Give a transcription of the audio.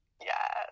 Yes